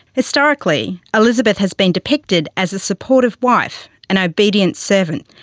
historically, elizabeth has been depicted as a supportive wife and obedient servant,